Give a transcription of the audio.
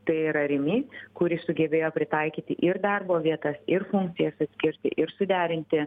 tai yra rimi kuri sugebėjo pritaikyti ir darbo vietas ir funkcijas atskirti ir suderinti